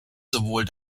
sowohl